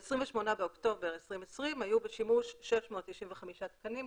ב-28 באוקטובר 2020 היו בשימוש 695 תקנים,